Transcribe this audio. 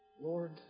Lord